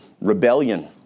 rebellion